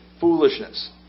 foolishness